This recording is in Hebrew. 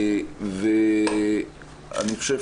אני חושב